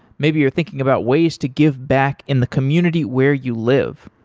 maybe you are thinking about ways to give back in the community where you live.